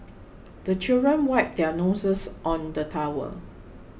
the children wipe their noses on the towel